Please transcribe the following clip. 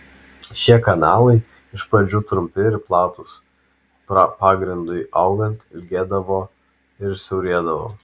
šie kanalai iš pradžių trumpi ir platūs pagrindui augant ilgėdavo ir siaurėdavo